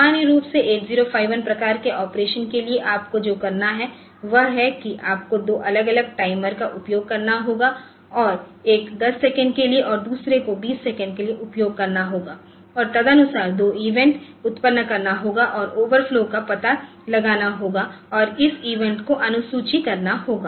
सामान्य रूप से 8051 प्रकार के ऑपरेशन के लिए आपको जो करना है वह है कि आपको 2 अलग अलग टाइमर का उपयोग करना होगा और एक 10 सेकंड के लिए और दूसरे को 20 सेकंड के लिए उपयोग करना होगा और तदनुसार 2 इवेंट उत्पन्न करना होगा और ओवरफ्लो का पता लगाना होगा और उन इवेंट को अनुसूची करना होगा